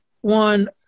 one